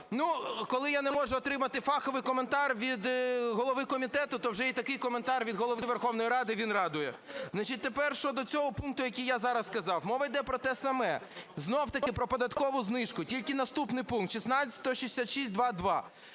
Ну, коли я не можу отримати фаховий коментар від голови комітету, то вже і такий коментар від Голови Верховної Ради, він радує. Значить, тепер щодо цього пункту, який я зараз сказав. Мова йде про те саме - знову таки про податкову знижку, тільки наступний пункт - 166.2.2.